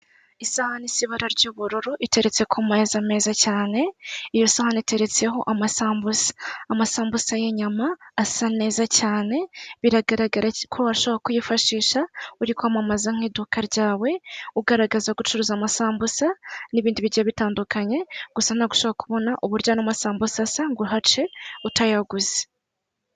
Isahani isa ibara ry'ubururu iteretse ku meza meza cyane iyo sahani iteretseho amasambusa. Amasambusa y'inyama asa neza cyane biragaragara ko ushobora kuyifashisha uri kwamamaza mu iduka ryawe ugaragaza ko ucuruza amasambusa n'ibindi bigiye bitandukanye gusa ntabwo ushobora kubona uburyo ano masambus asa ngo uhace utayaguze.